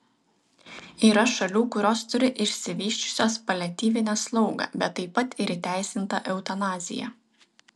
yra šalių kurios turi išvysčiusios paliatyvinę slaugą bet taip pat ir įteisintą eutanaziją